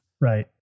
Right